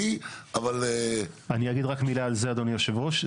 אני אגיד רק מילה על זה, אדוני יושב הראש.